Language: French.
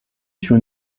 sur